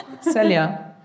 Celia